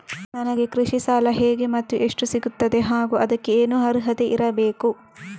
ನನಗೆ ಕೃಷಿ ಸಾಲ ಹೇಗೆ ಮತ್ತು ಎಷ್ಟು ಸಿಗುತ್ತದೆ ಹಾಗೂ ಅದಕ್ಕೆ ಏನು ಅರ್ಹತೆ ಇರಬೇಕು?